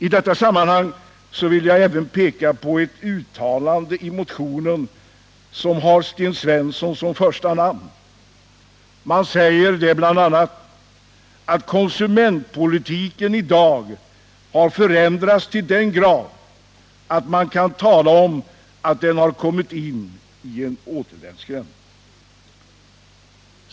I detta sammanhang vill jag även peka på ett uttalande i motionen, som har Sten Svensson som första namn. Man säger bl.a. att konsumentpolitiken i dag har förändrats till den grad, att man kan tala om att den har kommit in i en återvändsgränd.